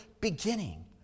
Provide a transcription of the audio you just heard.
beginning